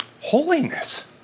Holiness